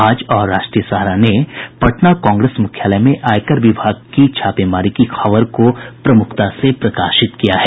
आज और राष्ट्रीय सहारा ने पटना कांग्रेस मुख्यालय में आयकर विभाग की छापेमारी की खबर को प्रमुखता से प्रकाशित किया है